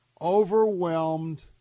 overwhelmed